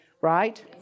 Right